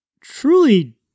truly –